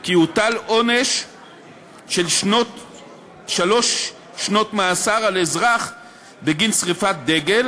כי יוטל עונש של שלוש שנות מאסר על אזרח בגין שרפת דגל,